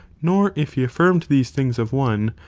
nor if he affirmed these things of one,